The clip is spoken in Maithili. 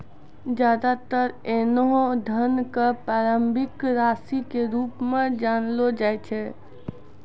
ज्यादातर ऐन्हों धन क प्रारंभिक राशि के रूप म जानलो जाय छै